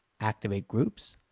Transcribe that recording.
activate groups.